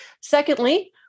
Secondly